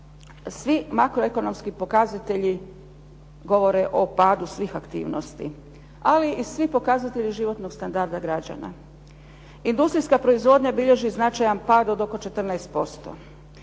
svi makroekonomski pokazatelji govore o padu svih aktivnosti, ali i svi pokazatelji životnog standarda građana. Industrijska proizvodnja bilježi značajan pad od oko 14%.